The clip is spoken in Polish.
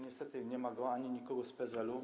Niestety nie ma go ani nikogo z PSL-u.